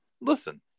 Listen